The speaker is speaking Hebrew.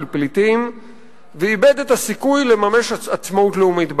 פליטים ואיבד את הסיכוי לממש עצמאות לאומית בארץ.